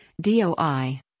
DOI